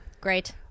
great